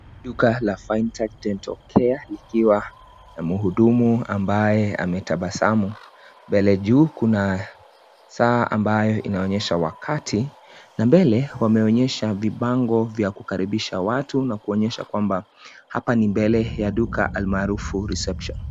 Duka la Fine Touch Dental Care nikiwa na muhudumu ambaye ametabasamu. Mbele juu kuna saa ambayo inaonyesha wakati na mbele wameonyesha vibango vya kukaribisha watu na kuonyesha kwamba hapa ni mbele ya duka almaarufu (cs) reception (cs).